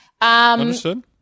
understood